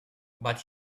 but